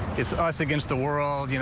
it's us against the world. you know